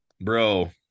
Bro